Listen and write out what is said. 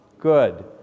Good